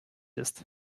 ist